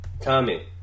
Tommy